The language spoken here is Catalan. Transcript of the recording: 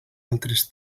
altres